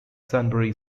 sunbury